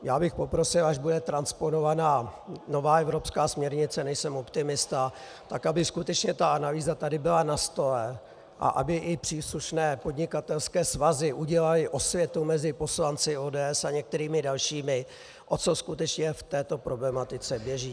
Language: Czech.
Já bych poprosil, až bude transponovaná nová evropská směrnice, nejsem optimista, tak aby skutečně analýza tady byla na stole a aby i příslušné podnikatelské svazy udělaly osvětu mezi poslanci ODS a některými dalšími, o co skutečně v této problematice běží.